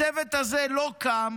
הצוות הזה לא קם,